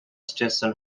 stetson